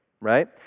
Right